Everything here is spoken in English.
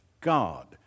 God